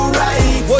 right